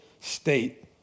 state